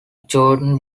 gordon